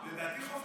הפנים.